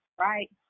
right